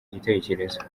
gitekerezo